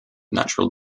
natural